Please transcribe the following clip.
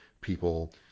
people